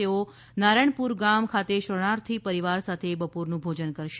તેઓનારાયણપુર ગામ ખાતેશરણાર્થી પરિવાર સાથે બપોરનું ભોજન કરશે